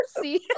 see